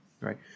Right